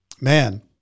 man